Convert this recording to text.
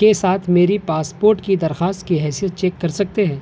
کے ساتھ میری پاسپورٹ کی درخواست کی حیثیت چیک کر سکتے ہیں